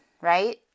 right